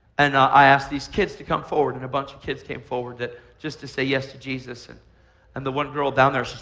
and i asked these kids to come forward, and a bunch of kids came forward just to say yes to jesus, and and the one girl down there,